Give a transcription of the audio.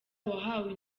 wahawe